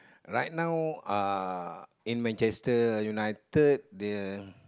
right now uh in Manchester-United the